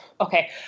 Okay